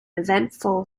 eventful